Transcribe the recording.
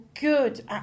good